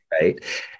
right